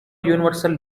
universal